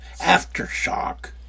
Aftershock